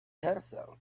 herself